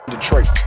Detroit